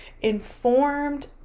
informed